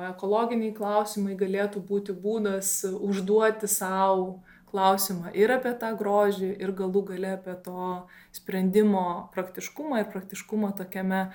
ekologiniai klausimai galėtų būti būdas užduoti sau klausimą ir apie tą grožį ir galų gale apie to sprendimo praktiškumą ir praktiškumą tokiame